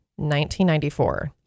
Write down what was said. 1994